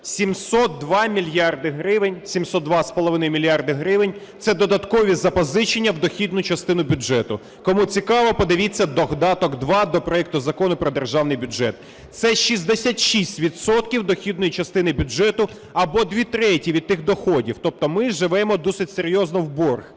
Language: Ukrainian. мільярда гривень – це додаткові запозичення в дохідну частину бюджету. Кому цікаво, подивіться Додаток 2 до проекту Закону про Державний бюджет. Це 66 відсотків дохідної частини бюджету, або дві треті від тих доходів. Тобто ми живемо досить серйозно в борг.